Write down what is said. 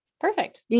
Perfect